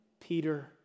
Peter